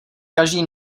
každý